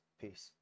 Peace